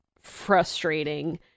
frustrating